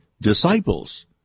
disciples